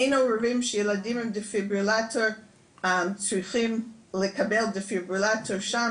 אין ערבים שילדים עם דפיברילטור צריכים לקבל דפיברילטור שם,